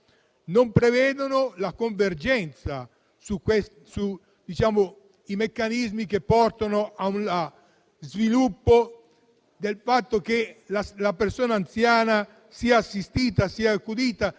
non prevedono la convergenza sui meccanismi che portano allo sviluppo del fatto che la persona anziana sia assistita e accudita,